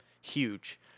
huge